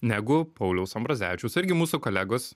negu pauliaus ambrazevičiaus irgi mūsų kolegos